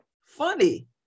funny